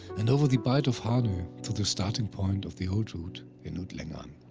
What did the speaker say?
and over the bight of hano to the starting point of the old route, in utlangan.